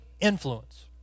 influence